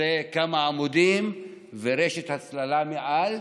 שזה כמה עמודים ורשת הצללה מעל,